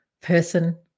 person